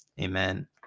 Amen